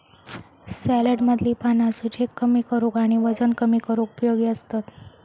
सॅलेडमधली पाना सूजेक कमी करूक आणि वजन कमी करूक उपयोगी असतत